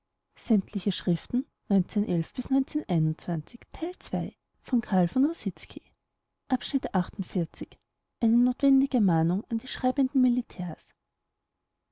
schriften volk eine notwendige mahnung an die schreibenden